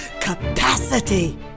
capacity